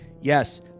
Yes